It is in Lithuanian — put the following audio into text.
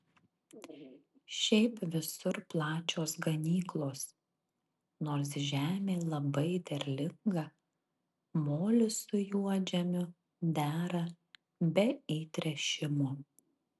šiaip visur plačios ganyklos nors žemė labai derlinga molis su juodžemiu dera be įtręšimo